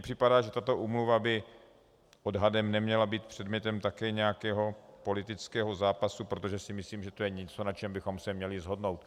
Připadá mi, že tato úmluva by odhadem neměla být předmětem politického zápasu, protože si myslím, že to je něco, na čem bychom se měli shodnout.